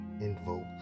invoke